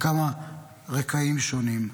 לכמה רקעים שונים.